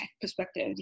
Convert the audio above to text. perspective